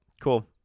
Cool